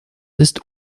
ist